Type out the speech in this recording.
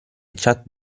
chat